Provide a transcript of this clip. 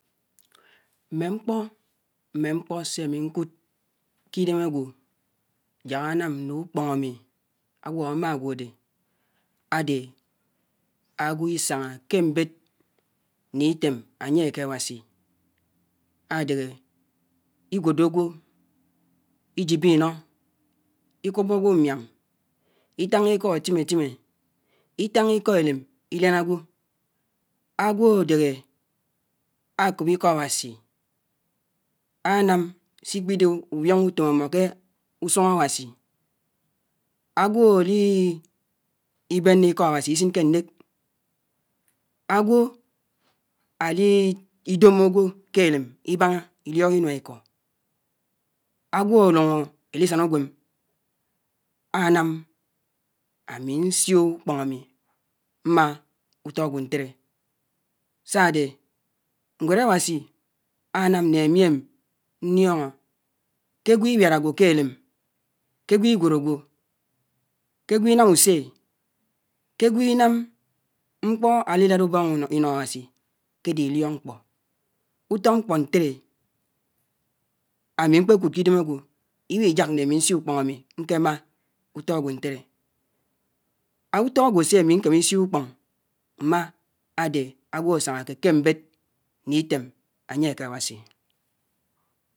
Mé mkpò, mé mkpò sè ámi nkùd ke idem ágwò ják ánám né ukpón ámi ágwò ámá ágwò ádè, ádè ágwò isáñá ke mbéd, ne itém ányè ákè Awasi ádèhè, igwòdò ágwò, iyipoe innó, ikùpó ágwò mbiám, itaña ikó átimè átimè itaña ikó élem idián ágwò. Ágwò ádèhè ákòp ikó Awasi, ánám si kpi de ubión utóm ámò k’ùsùng Awasi ágwò á li bènè ikò awasi isin kè ndèk, ágwò ádi dommo ágwò ké edem ibaña uiòk inuá ikó, ágwò á lòñó édisana ùwèm ánám ámi nsio ukpóñ ámi maa utó ágwò ádè. Sá ádè nwéd Awasi ánám nè ámi m ndióñó ké ágwò ibiád ágwò kè edem, ke ágwò igwòd ágwò, kè ágwò inám ùse, kè ágwò inám mkpò si edidàdà ubóng inó awasi kè ádè idiòk mkpò, utó mkpò ntèdè ámi mkpè kùd k’idem ágwò, ibihè ják nè ámi nsió ukpoñ ámi nke man utó ágwò ntèdè utó ágwò sé ámi nkémi sió ukpõn maa ádè ágwò ásáñákè kè mbèd nè itém ányè ákè Awasi.